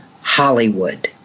Hollywood